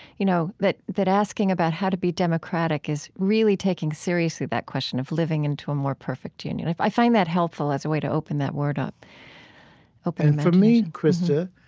you know that that asking about how to be democratic is really taking seriously that question of living into a more perfect union. i find that helpful as a way to open that word up for me, krista,